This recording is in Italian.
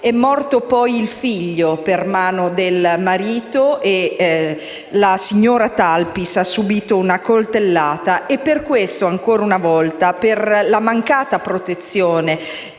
È morto poi il figlio, per mano del marito, mentre la signora Talpis ha subìto una coltellata. Per questo ancora una volta, per la mancata protezione